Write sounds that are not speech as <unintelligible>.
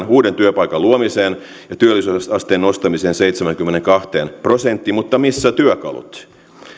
<unintelligible> uuden työpaikan luomiseen ja työllisyysasteen nostamiseen seitsemäänkymmeneenkahteen prosenttiin mutta missä työkalut